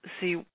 see